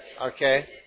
Okay